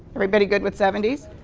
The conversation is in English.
everybody good with seventies?